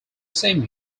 same